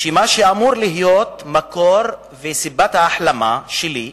שמה שאמור להיות מקור וסיבת ההחלמה שלי,